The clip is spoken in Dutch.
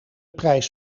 prijs